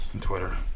Twitter